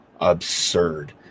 absurd